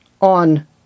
on